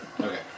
Okay